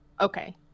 Okay